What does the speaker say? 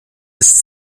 ist